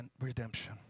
redemption